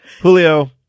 Julio